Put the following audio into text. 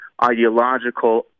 ideological